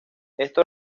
esto